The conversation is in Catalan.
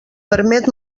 permet